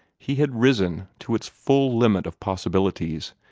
he had risen to its full limit of possibilities,